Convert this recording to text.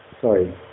Sorry